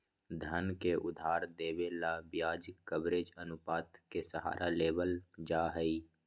धन के उधार देवे ला ब्याज कवरेज अनुपात के सहारा लेवल जाहई